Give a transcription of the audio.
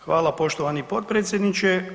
Hvala, poštovani potpredsjedniče.